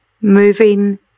moving